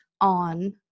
on